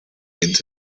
into